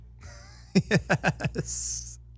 Yes